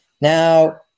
now